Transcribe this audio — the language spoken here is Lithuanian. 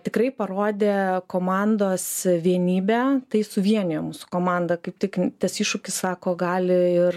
tikrai parodė komandos vienybę tai suvienijo mūsų komandą kaip tik tas iššūkis sako gali ir